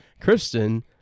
Kristen